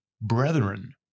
brethren